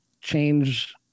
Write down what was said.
change